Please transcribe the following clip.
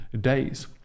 days